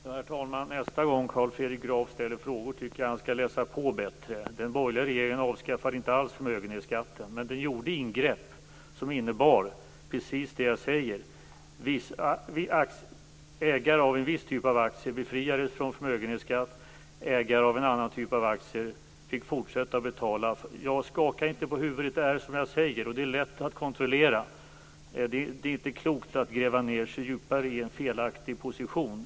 Herr talman! Nästa gång Carl Fredrik Graf ställer frågor tycker jag att han skall läsa på bättre. Den borgerliga regeringen avskaffade inte alls förmögenhetsskatten, men den gjorde ingrepp som innebar precis det som jag sagt. Ägare av en viss typ av aktier befriades från förmögenhetsskatt, medan ägare av en annan typ av aktier fick fortsätta att betala. Skaka inte på huvudet! Det är så som jag säger, och det är lätt att kontrollera. Det är inte bra att gräva ned sig djupare i en felaktig position.